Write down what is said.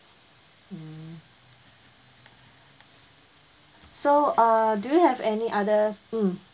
mm so uh do you have any other mm